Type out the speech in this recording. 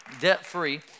Debt-free